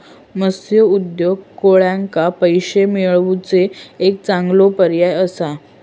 मत्स्य उद्योग कोळ्यांका पैशे मिळवुचो एक चांगलो पर्याय असा